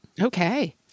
okay